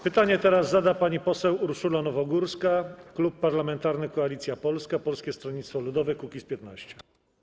Pytanie teraz zada pani poseł Urszula Nowogórska, Klub Parlamentarny Koalicja Polska - Polskie Stronnictwo Ludowe - Kukiz15.